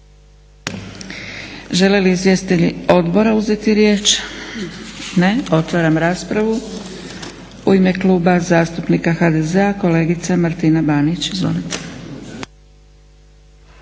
Žele li izvjestitelji odbora uzeti riječ? Ne. Otvaram raspravu. U ime Kluba zastupnika HDZ-a kolegica Martina Banić, izvolite.